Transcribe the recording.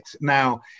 Now